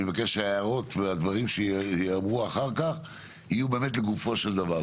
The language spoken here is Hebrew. אני מבקש שהערות ודברים נוספים יאמרו אחר כך ויהיו לגופו של עניין.